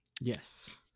Yes